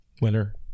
winner